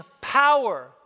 power